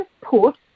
put